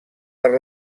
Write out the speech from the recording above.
per